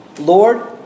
Lord